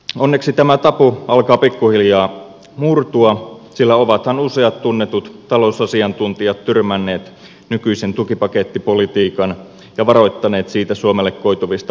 onneksi tämä tabu alkaa pikkuhiljaa murtua sillä ovathan useat tunnetut talousasiantuntijat tyrmänneet nykyisen tukipakettipolitiikan ja varoittaneet siitä suomelle koituvista massiivisista kustannuksista